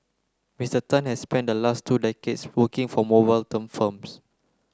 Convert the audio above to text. Mister Tan has spent the last two decades working for mobile term firms